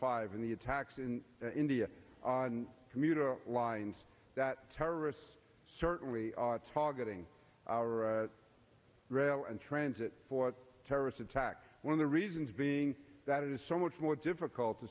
five and the attacks in india on commuter lines that terrorists certainly are targeting our rail and transit for terrorist attack one of the reasons being that it is so much more difficult to